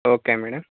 okay madam